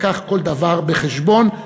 לקח כל דבר בחשבון,